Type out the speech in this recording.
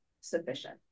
sufficient